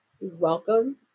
welcome